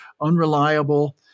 unreliable